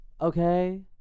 Okay